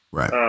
Right